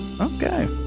Okay